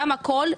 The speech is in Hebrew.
גם הכול,